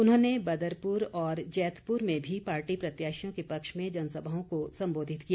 उन्होंने बदरपुर और जैतपुर में भी पार्टी प्रत्याशियों के पक्ष में जनसभाओं को सम्बोधित किया